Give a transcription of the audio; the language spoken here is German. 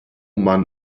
man